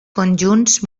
conjunts